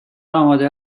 آماده